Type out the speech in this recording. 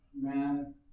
man